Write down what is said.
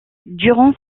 durant